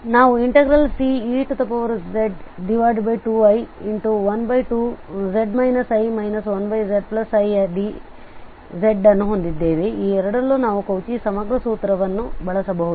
ನಾವು Cezt2i1z i 1zidt ಅನ್ನು ಹೊಂದಿದ್ದೇವೆ ಎರಡರಲ್ಲೂ ನಾವು ಕೌಚಿ ಸಮಗ್ರ ಸೂತ್ರವನ್ನು ಬಳಸಬಹುದು